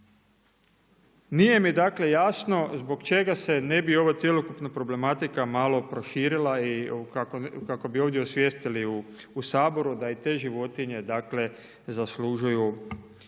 Nije mi dakle jasno zbog čega se ne bi ova cjelokupna problematika malo proširila kako bi ovdje osvijestili u Saboru da i te životinje, dakle zaslužuju